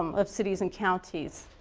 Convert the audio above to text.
um of cities and counties.